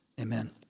Amen